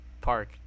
park